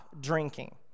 drinking